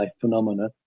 phenomena